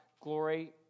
glory